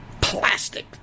plastic